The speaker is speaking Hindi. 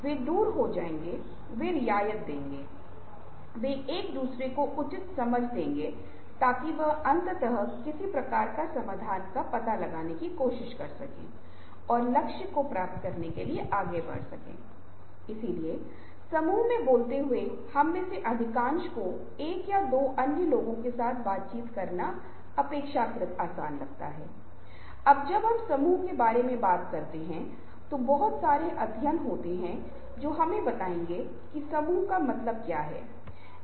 बेशक परिभाषा भिन्न होती है क्योंकि कई विद्वानों ने समय प्रबंधन को परिभाषित करने की कोशिश की है लेकिन यदि आप समय प्रबंधन पर इन क्षेत्रों में विभिन्न विशेषज्ञों या लेखकों द्वारा दी गई सभी परिभाषाओं का विश्लेषण करते हैं तो समय प्रबंधन उस व्यवहार को संदर्भित करता है जिसका उद्देश्य एक प्रभावी लक्ष्य प्राप्त करना है